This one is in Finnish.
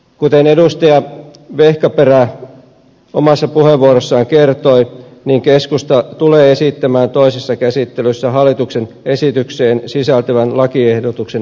kuten edustaja vehkaperä omassa puheenvuorossaan kertoi keskusta tulee esittämään toisessa käsittelyssä hallituksen esitykseen sisältyvän lakiehdotuksen hylkäämistä